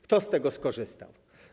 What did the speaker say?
Kto z tego skorzysta?